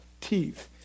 teeth